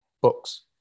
Books